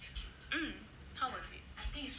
hmm how was it